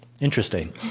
Interesting